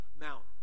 Mount